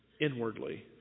inwardly